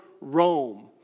Rome